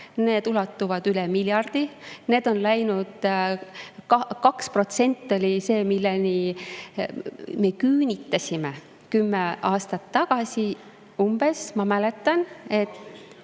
Need ulatuvad üle miljardi. Need on läinud … 2% oli see, milleni me küünitasime umbes kümme aastat tagasi, ma mäletan …